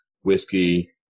whiskey